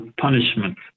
punishment